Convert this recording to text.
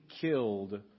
killed